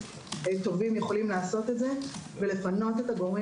טובים יכולים לעשות את זה ולפנות את הגורמים